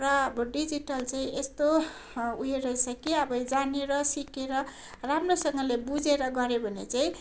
र अब डिजिटल चाहिँ यस्तो उयो रहेछ कि अब जानेर सिकेर राम्रोसँगले बुझेर गर्यो भने चाहिँ